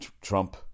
Trump